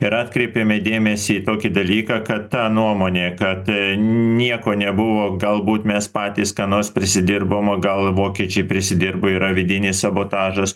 ir atkreipėme dėmesį į tokį dalyką kad ta nuomonė kad nieko nebuvo galbūt mes patys ką nors prisidirbom o gal vokiečiai prisidirbo yra vidinis sabotažas